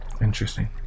Interesting